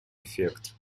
эффект